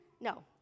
No